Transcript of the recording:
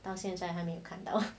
到现在还没有看到